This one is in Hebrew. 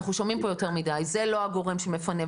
אנחנו שומעים פה יותר מדי 'זה לא הגורם שמפנה'